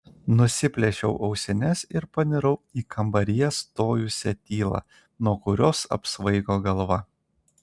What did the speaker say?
nusiplėšiau ausines ir panirau į kambaryje stojusią tylą nuo kurios apsvaigo galva